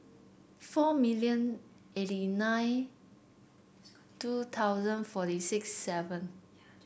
four million eighty nine two thousand forty six seven